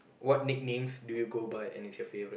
what nicknames do you go by and is your favourite